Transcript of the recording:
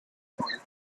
context